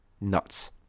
nuts